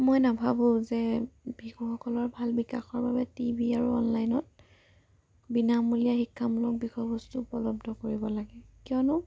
মই নাভাবোঁ যে শিশুসকলৰ ভাল বিকাশৰ বাবে টি ভি আৰু অনলাইনত বিনামূলীয়া শিক্ষামূলক বিষয়বস্তু উপলব্ধ কৰিব লাগে কিয়নো